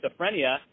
schizophrenia